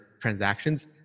transactions